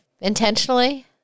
intentionally